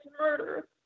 murder